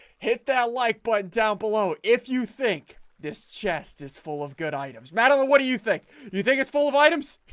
hit that like button down below if you think this chest is full of good items, madeleine what do you think do you think it's full of items?